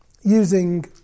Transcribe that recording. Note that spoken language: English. using